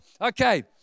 okay